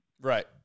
Right